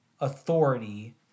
authority